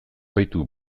baitu